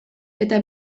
eta